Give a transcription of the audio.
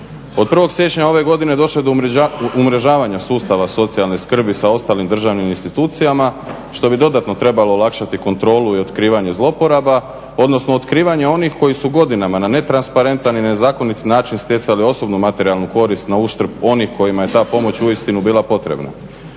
Od prvog siječnja ove godine došlo je do umrežavanja sustava socijalne skrbi sa ostalim državnim institucijama što bi dodatno trebalo olakšati kontrolu i otkrivanje zlouporaba, odnosno otkrivanje onih koji su godinama na netransparentan i nezakonit način stjecali osobnu materijalnu korist na uštrb onih kojima je ta pomoć uistinu bila potrebna.